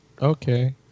Okay